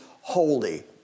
holy